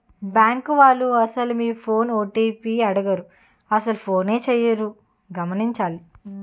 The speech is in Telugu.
బ్యాంకు వాళ్లు అసలు మీ ఫోన్ ఓ.టి.పి అడగరు అసలు ఫోనే చేయరు గమనించాలి